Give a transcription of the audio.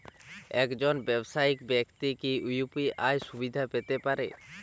একজন ব্যাবসায়িক ব্যাক্তি কি ইউ.পি.আই সুবিধা পেতে পারে?